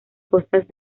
costas